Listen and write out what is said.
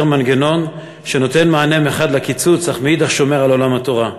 מנגנון שנותן מחד גיסא מענה לקיצוץ ומאידך גיסא שומר על עולם התורה.